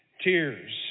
tears